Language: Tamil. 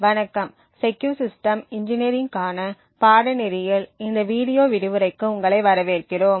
வணக்கம் செக்கியூர் சிஸ்டம் இன்ஜினியரிங் க்கான பாடநெறியில் இந்த வீடியோ விரிவுரைக்கு உங்களை வரவேற்கிறோம்